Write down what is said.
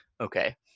Okay